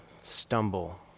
stumble